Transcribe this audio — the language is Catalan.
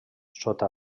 sota